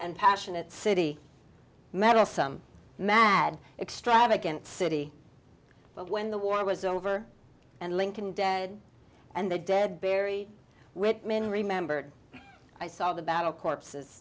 and passionate city mettlesome mad extravagant city but when the war was over and lincoln dead and the dead bury wittman remembered i saw the battle corpses